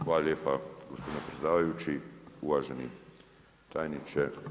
Hvala lijepa gospodine predsjedavajući, uvaženi tajniče.